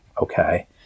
okay